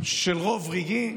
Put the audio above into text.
של רוב רגעי,